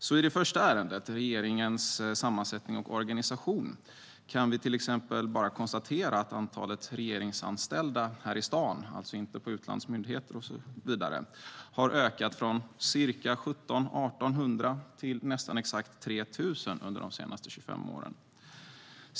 I det första ärendet, Regeringens sammansättning och organisation, kan vi till exempel konstatera att antalet regeringsanställda här i Stockholm - alltså inte på utlandsmyndigheter och så vidare - har ökat från 1 700-1 800 till nästan exakt 3 000 under de senaste 25 åren.